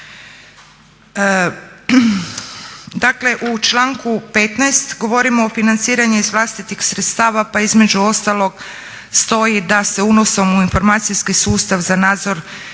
Dakle u članku 15. govorimo o financiranju iz vlastitih sredstava pa između ostalog stoji da se unosom u informacijski sustav za nadzor